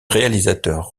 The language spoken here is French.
réalisateurs